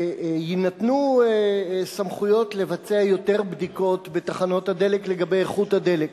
שיינתנו סמכויות לבצע יותר בדיקות בתחנות הדלק לגבי איכות הדלק,